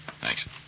Thanks